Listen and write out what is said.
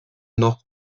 noch